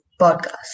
podcast